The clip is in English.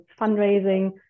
fundraising